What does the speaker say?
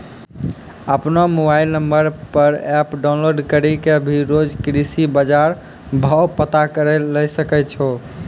आपनो mobile number पर app download करी कॅ भी रोज के कृषि बाजार भाव पता करै ल सकै छो